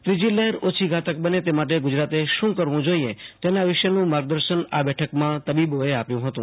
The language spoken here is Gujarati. ત્રીજી લહેર ઓછી ધાતક બને તે માટે ગુજરાતે શું કરવુ જોઈએ તેના વિષેનું માર્ગદર્શન આ બેઠકમાં તબીબોએ આપ્યું હતું